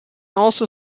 also